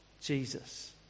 Jesus